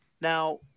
Now